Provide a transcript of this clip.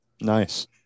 Nice